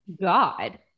God